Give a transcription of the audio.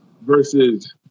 Versus